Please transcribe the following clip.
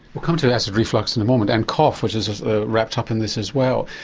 we'll come to acid reflux in a moment. and cough, which is wrapped up in this as well.